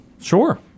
Sure